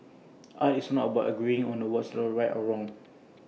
art is not about agreeing on what's right or wrong